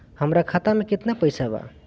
हमरा खाता में केतना पइसा बा?